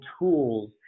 tools